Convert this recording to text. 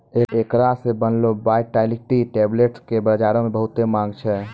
एकरा से बनलो वायटाइलिटी टैबलेट्स के बजारो मे बहुते माँग छै